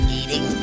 eating